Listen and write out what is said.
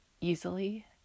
easily